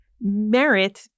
merit